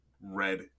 red